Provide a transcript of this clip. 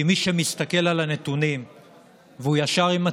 כי מי שמסתכל על הנתונים והוא ישר עם עצמו,